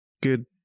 good